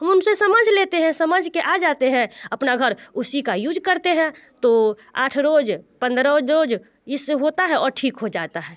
हम उन से समझ लेते हैं समझ के आ जाते हैं अपना घर उसी का यूज करते हैं तो आठ रोज़ पंद्रह रोज़ इससे होता है और ठीक हो जाता है